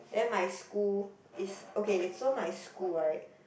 then my school is okay so my school right